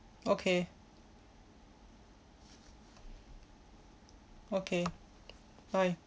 okay okay bye